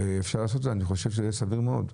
אני חושב שזה סביר מאוד.